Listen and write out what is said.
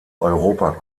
europa